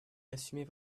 assumez